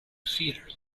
theater